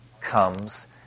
comes